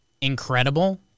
incredible